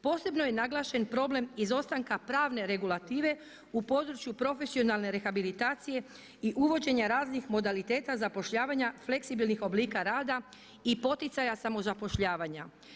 Posebno je naglašen problem izostanak pravne regulative u području profesionalne rehabilitacije i uvođenja raznih modaliteta zapošljavanja fleksibilnih oblika rada i poticaja samozapošljavanja.